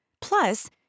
plus